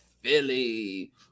Philly